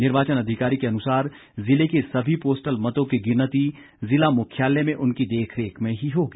निर्वाचन अधिकारी के अनुसार जिले के सभी पोस्टल मतों की गिनती जिला मुख्यालय में उनकी देखरेख में ही होगी